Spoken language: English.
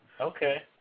Okay